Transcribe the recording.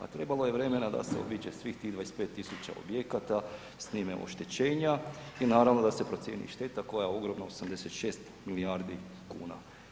A trebalo je vremena da se obiđe svih tih 25.000 objekata, snime oštećenja i naravno da se procijeni šteta koja je ogromna 86 milijardi kuna.